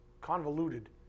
convoluted